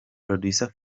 producer